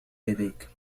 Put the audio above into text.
يديك